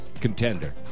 contender